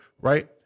right